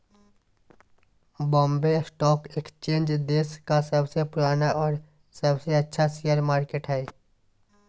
Bombay stock exchange देश के सबसे पुराना और सबसे बड़ा शेयर मार्केट हइ